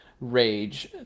rage